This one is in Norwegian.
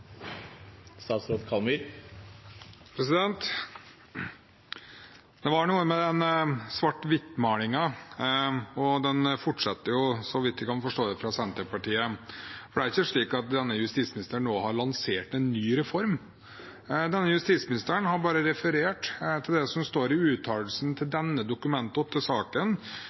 Det var noe med den svart-hvitt-malingen – og den fortsetter jo, så vidt jeg kan forstå – fra Senterpartiet, for det er jo ikke slik at denne justisministeren nå har lansert en ny reform. Denne justisministeren har bare referert til det som står i uttalelsen til denne Dokument